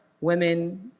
women